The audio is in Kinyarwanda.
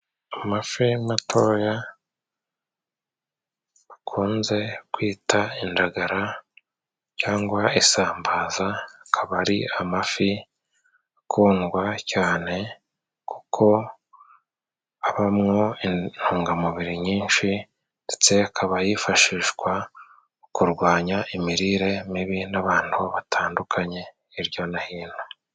Amafi matoya bakunze kwita indagara cyangwa isambaza Akaba ari amafi akundwa cyane kuko abamwo intungamubiri nyinshi ndetse akaba yifashishwa mu kurwanya imirire mibi n'abantu batandukanye hirya no hino.